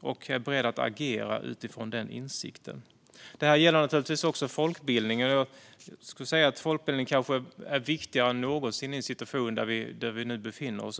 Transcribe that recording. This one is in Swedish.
och är beredd att agera utifrån den insikten. Detta gäller naturligtvis också folkbildningen. Jag skulle säga att folkbildningen kanske är viktigare än någonsin i den situation där vi nu befinner oss.